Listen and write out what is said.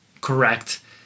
correct